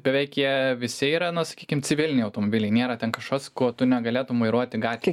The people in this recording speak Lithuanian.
beveik jie visi yra na sakykim civiliniai automobiliai nėra ten kažkas ko tu negalėtum vairuoti gatvėj